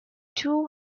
two